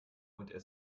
und